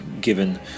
given